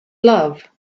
love